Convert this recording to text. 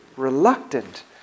reluctant